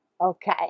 Okay